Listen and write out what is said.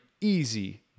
easy